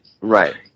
right